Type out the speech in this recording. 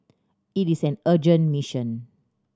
it is an urgent mission